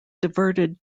diverted